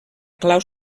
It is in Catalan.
clau